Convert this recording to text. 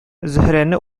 зөһрәне